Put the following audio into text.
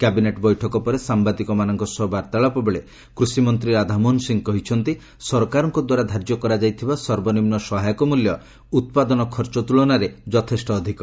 cabinet ବୈଠକ ପରେ ସାମ୍ଭାଦିକମାନଙ୍କ ସହ ବାର୍ତ୍ତାଳାପ ବେଳେ କୃଷିମନ୍ତ୍ରୀ ରାଧାମୋହନ ସିଂହ କହିଛନ୍ତି ସରକାରଙ୍କ ଦ୍ୱାରା ଧାର୍ଯ୍ୟ କରାଯାଇଥିବା ସର୍ବନିମ୍ନ ସହାୟକ ମୂଲ୍ୟ ଉତ୍ପାଦନ ଖର୍ଚ୍ଚ ତୁଳନାରେ ଯଥେଷ୍ଟ ଅଧିକ